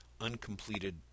uncompleted